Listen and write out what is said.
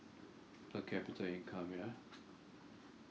per capita income ya